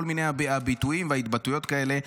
כל מיני ביטויים והתבטאויות כאלה.